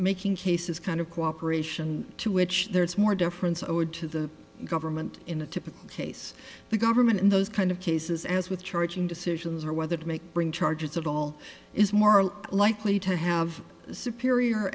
making cases kind of cooperation to which there's more difference owed to the government in a typical case the government in those kind of cases as with charging decisions or whether to make bring charges at all is more likely to have superior